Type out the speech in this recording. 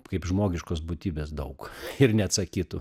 kaip žmogiškos būtybės daug ir neatsakytų